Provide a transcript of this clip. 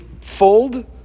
fold